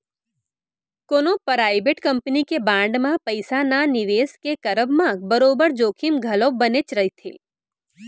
कोनो private company के bond म पइसा न निवेस के करब म बरोबर जोखिम घलौ बनेच रहिथे